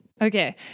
Okay